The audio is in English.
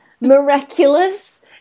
miraculous